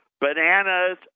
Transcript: bananas